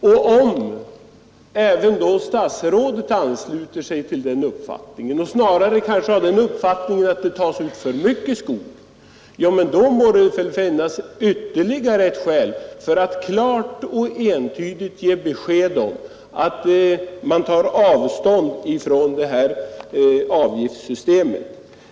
Om då även statsrådet ansluter sig till den uppfattningen eller kanske snarare anser att det tas ut för mycket skog, måste det finnas ytterligare ett skäl för jordbruksministern att klart och entydigt ge besked om att regeringen tar avstånd från det föreslagna avgiftssystemet.